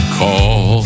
call